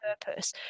purpose